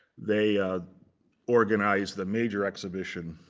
they organized the major exhibition,